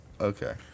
okay